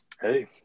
Hey